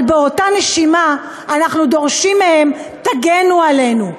אבל באותה נשימה אנחנו דורשים מהם: תגנו עלינו.